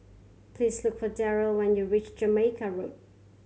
please look for Darrell when you reach Jamaica Road